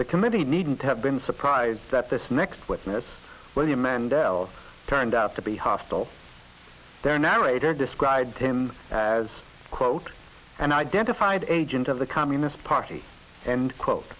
the committee needn't have been surprised that this next witness william mandela's turned out to be hostile their narrator described him as quote and identified agent of the communist party and quote